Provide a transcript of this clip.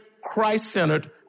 Christ-centered